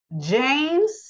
James